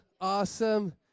Awesome